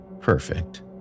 Perfect